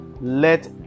let